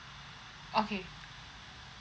okay